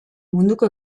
munduko